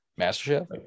MasterChef